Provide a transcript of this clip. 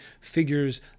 figures